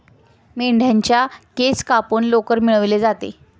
मेंढ्यांच्या केस कापून लोकर मिळवली जाते